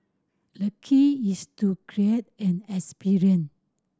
the key is to create an experience